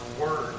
Word